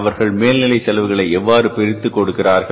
அவர்கள் மேல்நிலை செலவுகளை எவ்வாறு பிரித்து கொடுக்கிறார்கள்